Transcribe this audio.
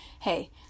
hey